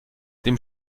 dem